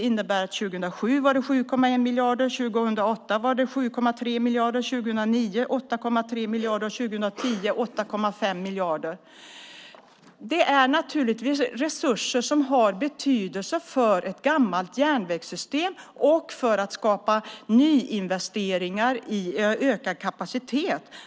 År 2007 var det 7,1 miljarder, 2008 var det 7,3 miljarder, 2009 var det 8,3 miljarder och 2010 8,5 miljarder. Det är resurser som naturligtvis har betydelse för ett gammalt järnvägssystem när det gäller att göra nyinvesteringar för ökad kapacitet.